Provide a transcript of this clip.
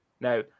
Now